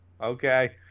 okay